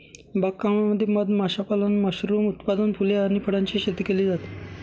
बाग कामामध्ये मध माशापालन, मशरूम उत्पादन, फुले आणि फळांची शेती केली जाते